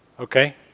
Okay